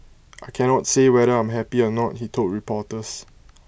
I cannot say whether I'm happy or not he told reporters